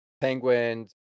Penguins